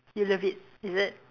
you love it is it